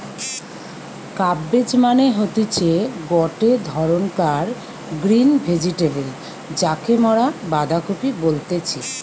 cabbage মানে হতিছে গটে ধরণকার গ্রিন ভেজিটেবল যাকে মরা বাঁধাকপি বলতেছি